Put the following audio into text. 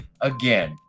Again